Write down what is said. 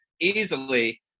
easily